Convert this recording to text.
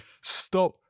stop